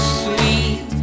sweet